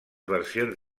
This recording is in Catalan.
versions